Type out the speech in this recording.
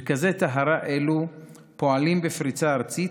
מרכזי טהרה אלו פועלים בפריסה ארצית,